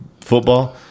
Football